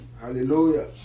Hallelujah